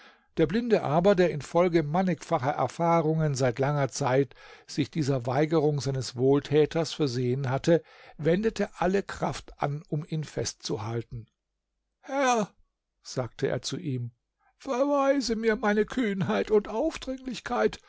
der blinde aber der infolge mannigfacher erfahrungen seit langer zeit sich dieser weigerung seines wohltäters versehen hatte wendete alle kraft an um ihn festzuhalten herr sagte er zu ihm verzeih mir meine kühnheit und aufdringlichkeit